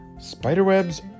spiderwebs